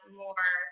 more